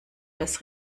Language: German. das